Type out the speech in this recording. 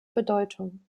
bedeutung